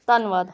ਧੰਨਵਾਦ